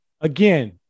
Again